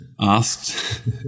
asked